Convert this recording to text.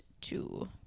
two